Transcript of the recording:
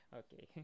okay